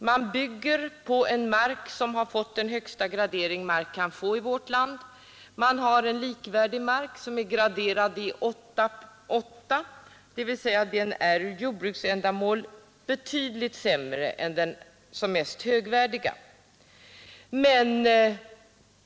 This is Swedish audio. Men här bygger man på mark som har fått det högsta graderingsvärde något slag av mark kan få i vårt land, trots att det finns för byggande likvärdig mark, som är graderad med siffran 8, dvs. den är för jordbruksändamål betydligt sämre än den mest högvärdiga marken.